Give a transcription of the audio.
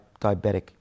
diabetic